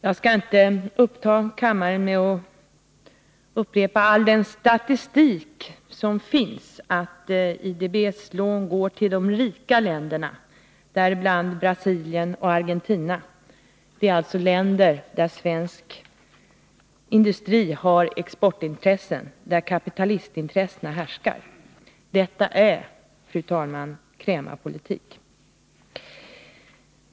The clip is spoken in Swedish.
Jag skall inte uppta kammarens tid med att upprepa all den statistik som finns och som bevisar att IDB:s lån går till de rika länderna, däribland Brasilien och Argentina, länder där svensk industri har exportintressen, där kapitalistintressena härskar. Detta är, fru talman, krämarpolitik.